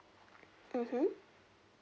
mmhmm